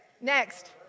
next